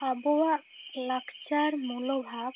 ᱟᱵᱳᱣᱟᱜ ᱞᱟᱠᱪᱟᱨ ᱢᱚᱞᱚ ᱵᱷᱟᱵᱽ